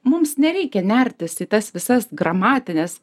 mums nereikia nertis į tas visas gramatines